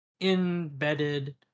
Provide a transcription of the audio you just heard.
embedded